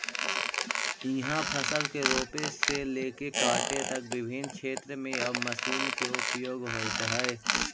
इहाँ फसल के रोपे से लेके काटे तक विभिन्न क्षेत्र में अब मशीन के उपयोग होइत हइ